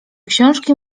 książki